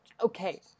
Okay